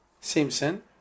Simpson